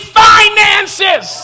finances